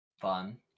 fun